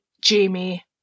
Jamie